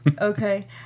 Okay